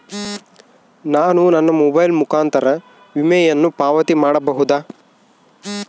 ನಾನು ನನ್ನ ಮೊಬೈಲ್ ಮುಖಾಂತರ ವಿಮೆಯನ್ನು ಪಾವತಿ ಮಾಡಬಹುದಾ?